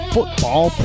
Football